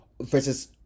versus